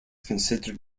considered